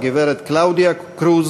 הגברת קלאודיה קרוז,